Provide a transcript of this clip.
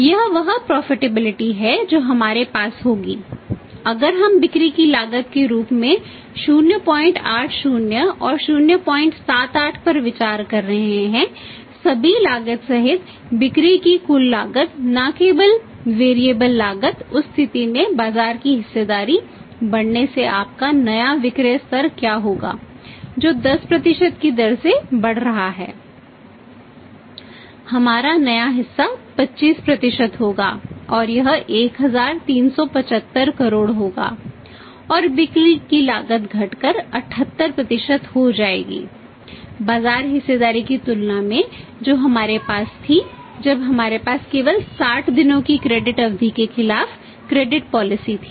यह वह प्रॉफिटेबिलिटी थी